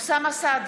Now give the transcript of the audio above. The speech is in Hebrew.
אוסאמה סעדי,